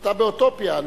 אתה באוטופיה.